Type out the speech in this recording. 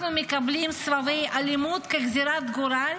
אנחנו מקבלים סבבי אלימות כגזרת גורל